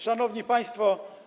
Szanowni Państwo!